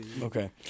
Okay